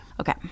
Okay